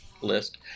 list